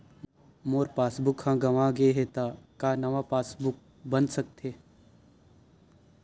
मोर passbook ह गंवा गे हे त का नवा पास बुक बन सकथे?